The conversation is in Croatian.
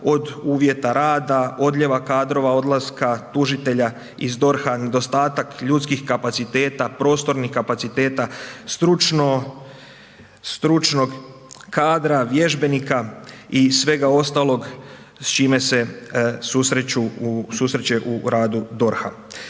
od uvjeta rada, odljeva kadrova, odlaska tužitelja iz DORH-a, nedostatak ljudskih kapaciteta, prostornih kapaciteta, stručno, stručnog kadra, vježbenika i svega ostalog s čime se susreću u, susreće